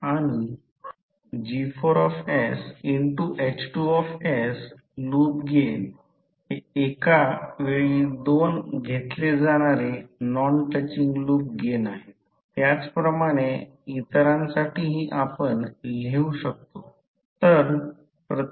तर त्यांच्या दरम्यान कॉन्टॅक्टसह किंवा कॉन्टॅक्टशिवाय दोन लूपपैकी एकाद्वारे तयार केलेल्या मग्नेटिक फील्डमुळे एकमेकांवर परिणाम करतात ते मग्नेटीकली कपल्ड असल्याचे म्हटले जाते